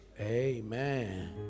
Amen